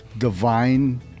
divine